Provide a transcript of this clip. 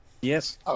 Yes